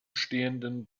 stehenden